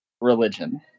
religion